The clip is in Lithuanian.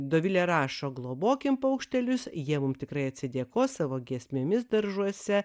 dovilė rašo globokim paukštelius jie mum tikrai atsidėkos savo giesmėmis daržuose